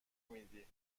میدی